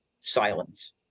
silence